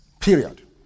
Period